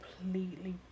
completely